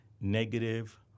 negative